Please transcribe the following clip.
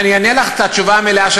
אני רוצה לעשות את הדיון יותר רלוונטי.